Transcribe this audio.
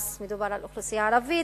אז מדובר על אוכלוסייה ערבית,